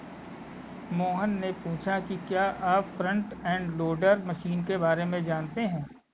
मोहन ने पूछा कि क्या आप फ्रंट एंड लोडर मशीन के बारे में जानते हैं?